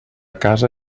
casa